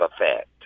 effect